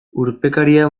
urpekaria